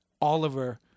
Oliver